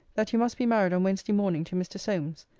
that you must be married on wednesday morning to mr. solmes.